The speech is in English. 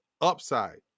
upside